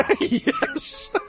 Yes